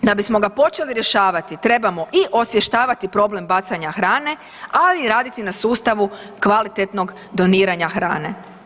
Da bi smo ga počeli rješavati, trebamo i osvještavati problem bacanja hrane ali i raditi na sustavu kvalitetnog doniranja hrane.